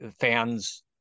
fans